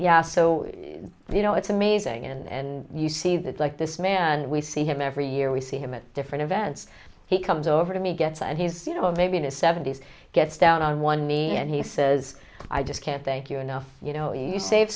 yeah so you know it's amazing and you see that like this man we see him every year we see him at different events he comes over to me gets up and he's you know maybe in his seventy's gets down on one knee and he says i just can't thank you enough you know you save